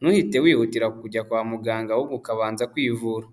ntuhite wihutira kujya kwa muganga ahubwo ukabanza kwivura.